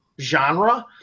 genre